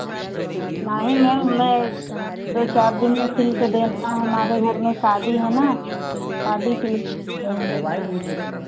नहीं मैम हमें दो चार दिन में सिल कर देना है हमारे घर में शादी है ना शादी के लिए लेंगे